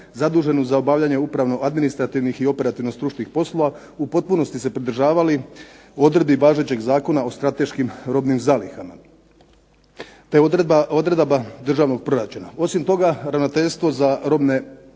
zaduženo za obavljanje upravno-administrativnih i operativno-stručnih poslova u potpunosti se pridržavali odredbi važećeg Zakona o strateškim robnim zalihama, te odredaba državnog proračuna. Osim toga, Ravnateljstvo za robne